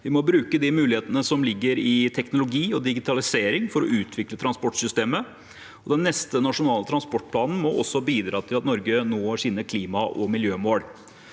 Vi må bruke de mulighetene som ligger i teknologi og digitalisering for å utvikle transportsystemet, og den neste nasjonale transportplanen må også bidra til at Norge når sine klima- og miljømål.